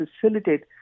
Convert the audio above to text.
facilitate